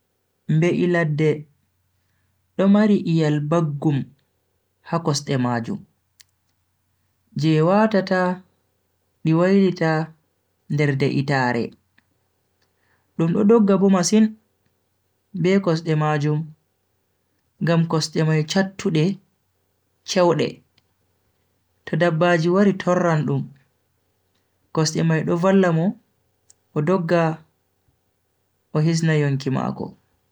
Mbe'i ladde do mari iyal baggum ha kosde majum je watata di wailita nder de'itaare. dum do dogga bo masin be kosde majum ngam kosde mai chattude chewde. To dabbaji wari torran dum, kosde mai do valla mo o dogga o hisna yonki mako.